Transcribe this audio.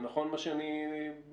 זה נכון, מה שאני מבין?